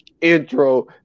intro